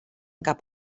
cap